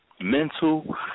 mental